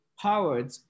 powered